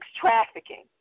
trafficking